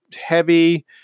heavy